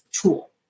tool